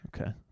Okay